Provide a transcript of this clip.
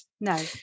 No